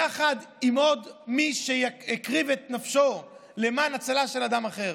יחד עם עוד מי שהקריב את נפשו למען הצלה של אדם אחר.